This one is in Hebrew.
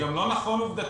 זה גם לא נכון עובדתי.